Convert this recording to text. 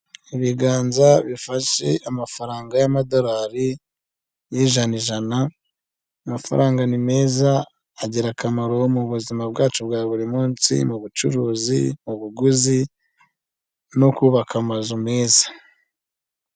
Ibiganza bifashe amafaranga y'amadorari y'ijana ijana, amafaranga ni meza, agira akamaro mu buzima bwacu bwa buri munsi, mu bucuruzi, mu buguzi, no kubaka amazu meza.